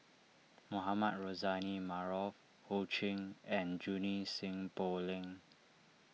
Mohamed Rozani Maarof Ho Ching and Junie Sng Poh Leng